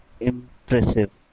impressive